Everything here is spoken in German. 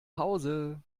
hause